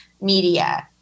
media